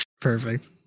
Perfect